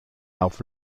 auf